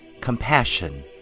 Compassion